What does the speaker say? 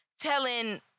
telling